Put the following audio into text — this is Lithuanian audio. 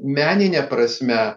menine prasme